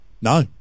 no